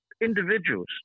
individuals